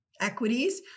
equities